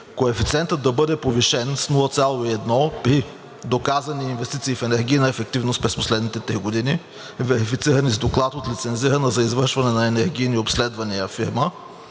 Коефициентът да бъде повишен с 0,1 при доказани инвестиции в енергийна ефективност през последните три години, верифицирани с доклад от лицензирана за извършване на енергийни обследвания фирма.